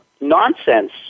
nonsense